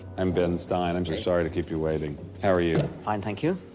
i'm ben stein, i'm so sorry to keep you waiting. how are you? fine, thank you.